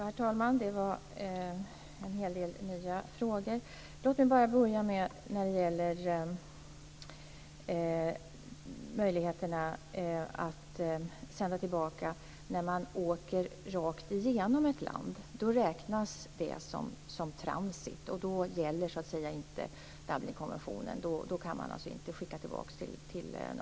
Herr talman! Det var en hel del nya frågor. Låt mig börja med möjligheterna att sända tillbaka till ett land som man har åkt rakt igenom. Det räknas som transit, och då gäller inte Dublinkonventionen. Man kan alltså inte skickas tillbaka dit.